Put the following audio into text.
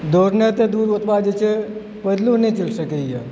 दौड़नाइ तऽ दूर ओतबा जे छै पैदलो नहि चलि सकैए